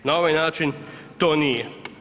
Na ovaj način to nije.